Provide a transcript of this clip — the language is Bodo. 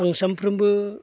आं सामफ्रामबो